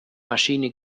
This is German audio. maschinen